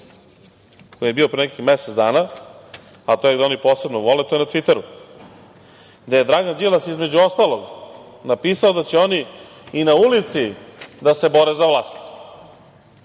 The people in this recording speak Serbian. koji je bio pre nekih mesec dana, a to je gde oni posebno vole to na "Tviteru", gde je Dragan Đilas između ostalog napisao da će oni i na ulici da se bore za vlast.